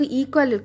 equal